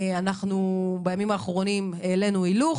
אנחנו בימים האחרונים העלינו הילוך,